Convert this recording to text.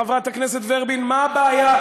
חברת הכנסת ורבין, מה הבעיה,